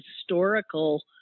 historical –